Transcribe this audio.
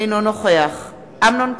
אינו נוכח אמנון כהן,